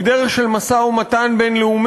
היא דרך של משא-ומתן בין-לאומי,